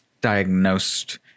diagnosed